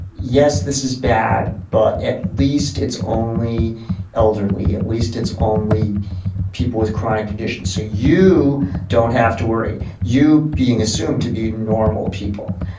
yes, this is bad. but at least it's only elderly. at least it's only people with chronic conditions. so you don't have to worry. you, being assumed to be normal people,